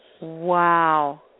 Wow